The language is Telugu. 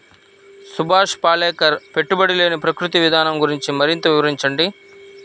సుభాష్ పాలేకర్ పెట్టుబడి లేని ప్రకృతి విధానం గురించి మరింత వివరించండి